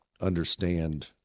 understand